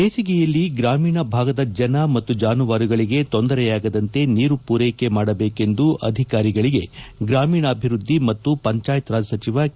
ಬೇಸಿಗೆಯಲ್ಲಿ ಗ್ರಾಮೀಣ ಭಾಗದ ಜನ ಜಾನುವಾರುಗಳಿಗೆ ತೊಂದರೆಯಾಗದಂತೆ ನೀರು ಪೂರೈಕೆ ಮಾಡಬೇಕೆಂದು ಅಧಿಕಾರಿಗಳಿಗೆ ಗ್ರಾಮೀಣಾಭಿವೃದ್ಧಿ ಮತ್ತು ಪಂಚಾಯತ್ ರಾಜ್ ಸಚಿವ ಕೆ